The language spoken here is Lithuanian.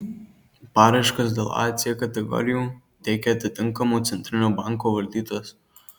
paraiškas dėl a c kategorijų teikia atitinkamo centrinio banko valdytojas